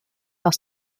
aus